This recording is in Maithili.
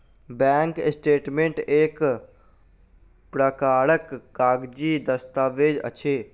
बैंक स्टेटमेंट एक प्रकारक कागजी दस्तावेज अछि